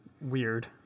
weird